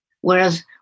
whereas